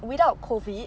without COVID